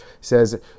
says